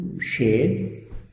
shade